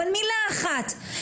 מילה אחת,